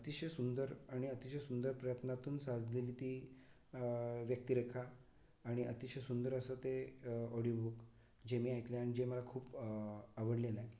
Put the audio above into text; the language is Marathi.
अतिशय सुंदर आणि अतिशय सुंदर प्रयत्नातून साधलेली ती व्यक्तिरेखा आणि अतिशय सुंदर असं ते ऑडिओ बुक जे मी ऐकलं आहे आणि जे मला खूप आवडलेलं आहे